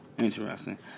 Interesting